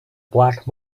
black